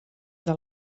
des